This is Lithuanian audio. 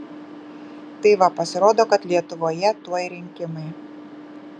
tai va pasirodo kad lietuvoje tuoj rinkimai